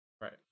right